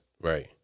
Right